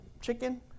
chicken